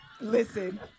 Listen